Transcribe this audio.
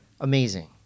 amazing